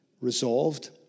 resolved